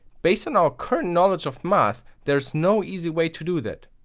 based on our current knowledge of math, there is no easy way to do that.